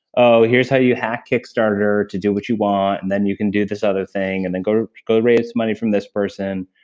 oh, here's how you hack kickstarter to do what you want. and then, you can do this other thing, and then go go raise money from this person.